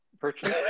purchase